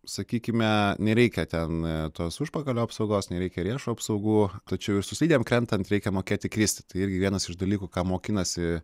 sakykime nereikia ten tos užpakalio apsaugos nereikia riešų apsaugų tačiau ir su slidėm krentant reikia mokėti kristi tai irgi vienas iš dalykų ką mokinasi